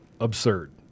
absurd